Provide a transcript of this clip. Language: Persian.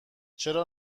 چرا